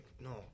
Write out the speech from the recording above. No